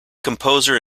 composer